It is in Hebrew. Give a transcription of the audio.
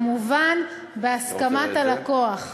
כמובן בהסכמת הלקוח,